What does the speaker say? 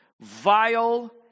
vile